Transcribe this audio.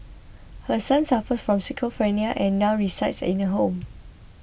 her son suffers from schizophrenia and now resides in a home